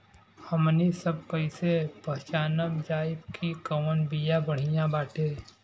हमनी सभ कईसे पहचानब जाइब की कवन बिया बढ़ियां बाटे?